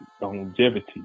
longevity